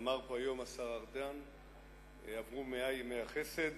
אמר פה היום השר ארדן שעברו מאה ימי החסד.